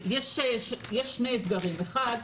ישנם שני אתגרים: האחד,